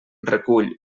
recull